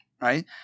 right